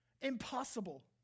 impossible